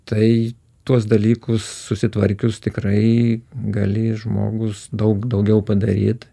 tai tuos dalykus susitvarkius tikrai gali žmogus daug daugiau padaryt